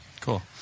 Cool